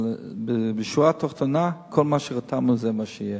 אבל בשורה התחתונה, כל מה שחתמנו, זה מה שיהיה.